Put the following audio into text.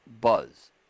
buzz